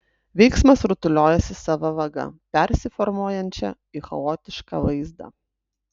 veiksmas rutuliojasi sava vaga persiformuojančia į chaotišką vaizdą